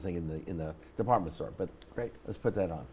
think in the in the department store but great let's put that on